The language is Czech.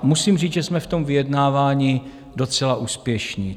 Musím říct, že jsme v tom vyjednávání docela úspěšní.